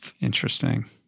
Interesting